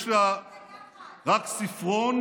יש לה רק ספרון,